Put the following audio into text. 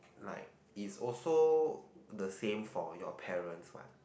like is also the same for your parents want